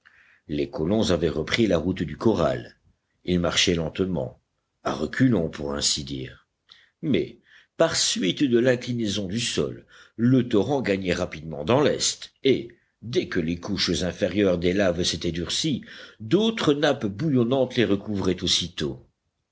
les colons avaient repris la route du corral ils marchaient lentement à reculons pour ainsi dire mais par suite de l'inclinaison du sol le torrent gagnait rapidement dans l'est et dès que les couches inférieures des laves s'étaient durcies d'autres nappes bouillonnantes les recouvraient aussitôt